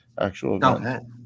actual